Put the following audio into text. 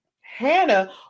Hannah